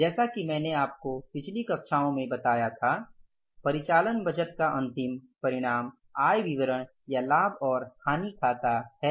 जैसा कि मैंने आपको पिछली कक्षाओं में बताया था परिचालन बजट का अंतिम परिणाम आय विवरण या लाभ और हानि खाता है